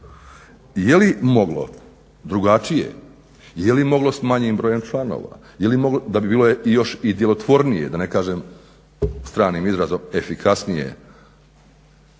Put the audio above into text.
Jeli moglo drugačije? Jeli moglo s manjim brojem članova, da bi bilo još djelotvornije da ne kažem stranim izrazom efikasnije?